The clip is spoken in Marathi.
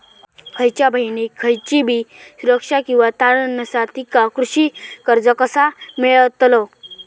माझ्या बहिणीक खयचीबी सुरक्षा किंवा तारण नसा तिका कृषी कर्ज कसा मेळतल?